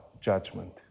judgment